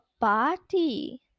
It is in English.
party